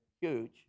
huge